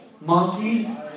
Monkey